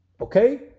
Okay